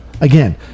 again